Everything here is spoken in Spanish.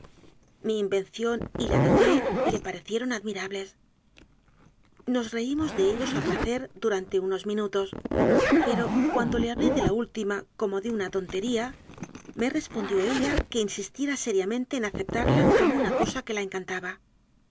mi invención y la de t le parecieron admirables nos reímos de ellos a placerldurante unos minutos pero cuando le ha blé de la última como de una tontería me respon dió ella que insistiera seriamente en aceptarla como una cosa que la encantaba